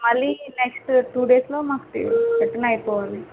మళ్ళీ next two డేస్లో మాకు తీ రిటర్న్ అయిపోవాలి